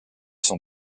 sont